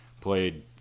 played –